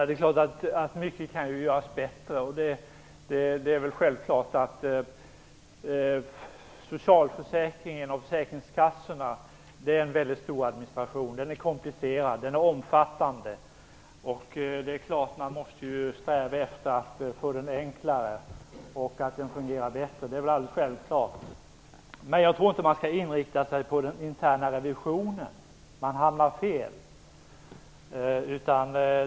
Herr talman! Mycket kan naturligtvis göras bättre. Det är självklart att socialförsäkringen och försäkringskassorna innebär en väldigt stor administration. Den är komplicerad och omfattande. Man måste sträva efter att förenkla den så att den fungerar ännu bättre - det är självklart. Men jag tror inte man skall inrikta sig på den interna revisionen för då hamnar man fel.